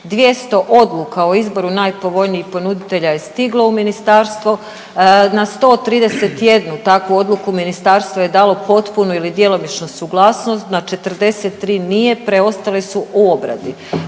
200 odluka o izboru najpovoljnijih ponuditelja je stiglo u Ministarstvo, na 131 takvu odluku, Ministarstvo je dala potpunu ili djelomičnu suglasnost, na 43 nije, preostale su u obradi.